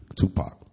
Tupac